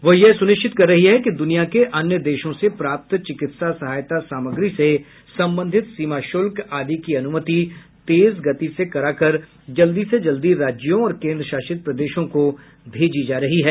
वह यह सुनिश्चित कर रही है कि दुनिया के अन्य देशों से प्राप्त चिकित्सा सहायता सामग्री से संबंधित सीमा शुल्क आदि की अनुमति तेज गति से कराकर जल्दी से जल्दी राज्यों और केन्द्र शासित प्रदेशों को भेजी जा रही है